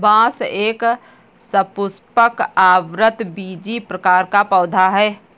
बांस एक सपुष्पक, आवृतबीजी प्रकार का पौधा है